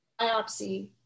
biopsy